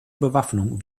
bewaffnung